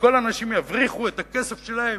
כל האנשים יבריחו את הכסף שלהם,